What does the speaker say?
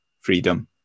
freedom